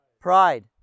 Pride